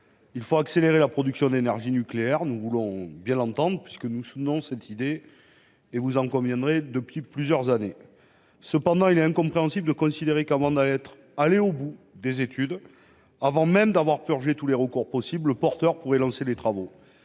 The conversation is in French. Il faut accélérer la production d'énergie nucléaire : nous voulons bien l'entendre, puisque, vous en conviendrez, mes chers collègues, nous soutenons cette idée depuis plusieurs années. Cependant, il est incompréhensible de considérer qu'avant d'être allé au bout des études, avant même d'avoir purgé tous les recours possibles, le porteur du projet pourrait lancer les travaux.